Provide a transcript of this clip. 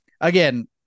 again